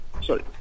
Sorry